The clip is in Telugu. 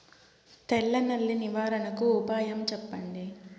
తెల్ల నల్లి నివారణకు ఉపాయం చెప్పండి?